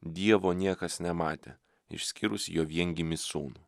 dievo niekas nematė išskyrus jo viengimį sūnų